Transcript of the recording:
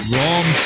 Wrong